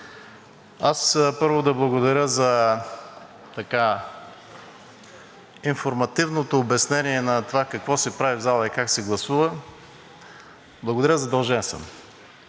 Аз, първо, да благодаря за информативното обяснение на това какво се прави в залата и как се гласува. Благодаря, задължен съм!